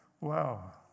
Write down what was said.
Wow